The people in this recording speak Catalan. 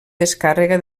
descàrrega